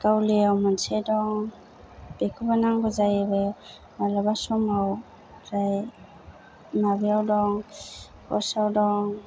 गावलियाआव मोनसे दं बेखौबो नांगौ जायोबो मालाबा समाव ओमफ्राय माबायाव दं फस्टआव दं